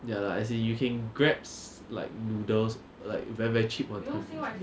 ya lah as in you can grabs like noodles like very very cheap [one] lah